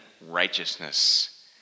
righteousness